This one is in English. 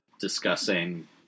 discussing